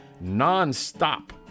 non-stop